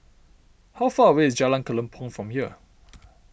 how far away is Jalan Kelempong from here